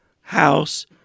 house